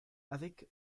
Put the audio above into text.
avec